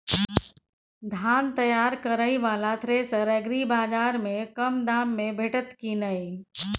धान तैयार करय वाला थ्रेसर एग्रीबाजार में कम दाम में भेटत की नय?